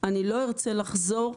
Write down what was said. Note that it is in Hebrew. לא ארצה לחזור,